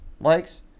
likes